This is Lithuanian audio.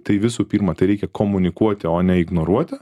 tai visų pirma reikia komunikuoti o ne ignoruoti